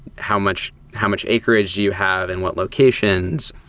how much how much acreage do you have and what locations?